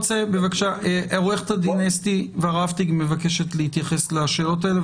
עו"ד אסתי ורהפטיג מבקשת להתייחס לשאלות האלה,